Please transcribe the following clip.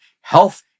Health